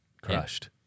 crushed